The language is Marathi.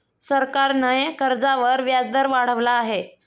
सरकारने कर्जावर व्याजदर वाढवला आहे